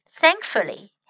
thankfully